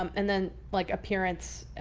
um and then like appearance,